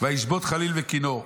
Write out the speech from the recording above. "וישבות חליל וכינור.